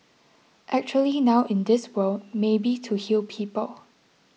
actually now in this world maybe to heal people